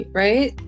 right